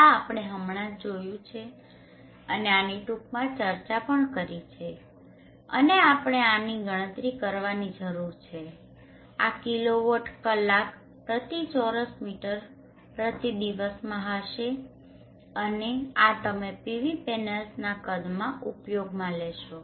આ આપણે હમણાં જ જોયું છે અને આની ટૂંકમાં ચર્ચા કરી છે અને આપણે આની ગણતરી કરવાની જરૂર છે અને આ કિલોવોટ કલાક પ્રતિ ચોરસ મીટર પ્રતિ દિવસમાં હશે અને આ તમે PV પેનલ્સના કદ માટે ઉપયોગમાં લેશો